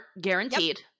guaranteed